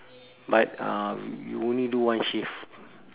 but um you only do one shift